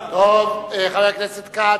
חבר הכנסת כץ.